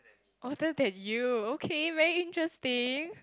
older than you okay very interesting